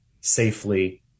safely